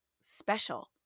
special